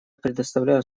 предоставляю